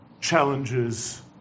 challenges